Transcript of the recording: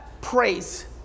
praise